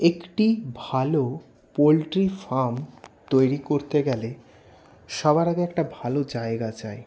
একটি ভালো poultry farm তৈরি করতে গেলে সবার আগে একটা ভালো জায়গা চাই